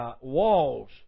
walls